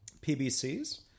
PBCs